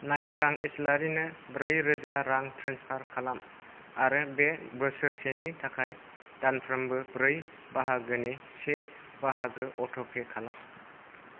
नायस्रां इस्लारिनो ब्रैरोजा रां ट्रेन्सफार खालाम आरो बे बोसोरसेनि थाखाय दानफ्रोमबो ब्रै बाहागोनि से बाहागो अट'पे खालाम